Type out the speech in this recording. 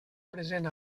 present